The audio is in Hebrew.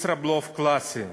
ישראבלוף קלאסי.